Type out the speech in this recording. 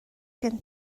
gen